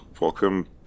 Welcome